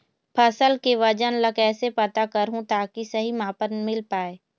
फसल के वजन ला कैसे पता करहूं ताकि सही मापन मील पाए?